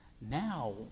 Now